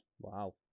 Wow